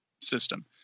system